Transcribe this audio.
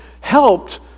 helped